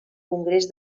congrés